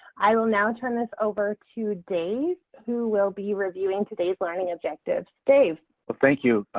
i will now turn this over to dave who will be reviewing today's learning objectives. dave. well thank you,